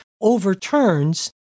overturns